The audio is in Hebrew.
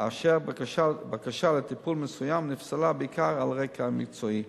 ואשר בקשה לטיפול מסוים נפסלה בעיקר על רקע מקצועי.